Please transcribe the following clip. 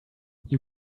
you